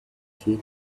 kid